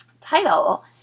title